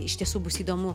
iš tiesų bus įdomu